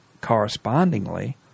correspondingly